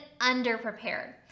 under-prepared